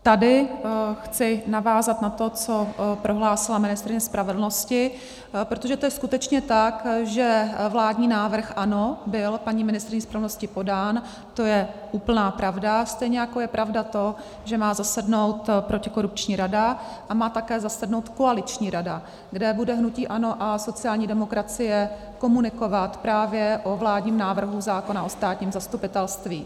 Tady chci navázat na to, co prohlásila ministryně spravedlnosti, protože to je skutečně tak, že vládní návrh, ano, byl paní ministryní spravedlnosti podán, to je úplná pravda, stejně jako je pravda to, že má zasednout protikorupční rada a má také zasednout koaliční rada, kde bude hnutí ANO a sociální demokracie komunikovat právě o vládním návrhu zákona o státním zastupitelství.